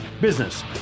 business